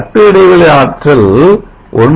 கட்டு இடைவெளி ஆற்றல் 1